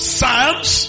Psalms